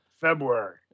February